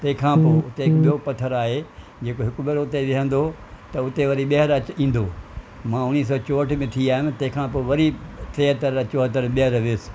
तंहिंखा पोइ हुते ॿियो पथरु आहे जेको हिकु भेरो हुते विहंदो त उते वरी ॿीहर ईंदो मां उणिवीह सौ चोहठि में थी आयुमि तंहिंखां पोइ वरी टेहतरि ऐं चोहतरि ॿीहर वियुसि